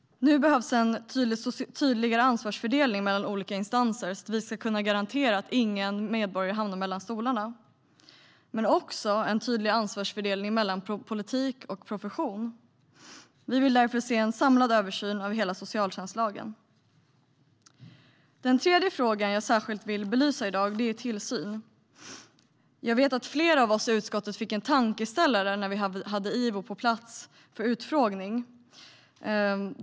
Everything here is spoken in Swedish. Det behövs nu en tydligare ansvarsfördelning mellan olika instanser så att vi ska kunna garantera att ingen medborgare hamnar mellan stolarna. Det behövs också en tydligare ansvarsfördelning mellan politik och profession. Vi vill därför se en samlad översyn av hela socialtjänstlagen. Den tredje frågan jag särskilt vill belysa i dag är tillsyn. Jag vet att flera av oss i utskottet fick en tankeställare när vi hade Ivo på plats för utfrågning.